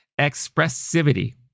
Expressivity